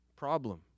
problem